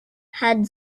had